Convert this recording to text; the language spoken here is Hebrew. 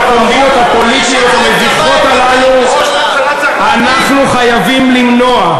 את הקומבינות הפוליטיות המביכות הללו אנחנו חייבים למנוע,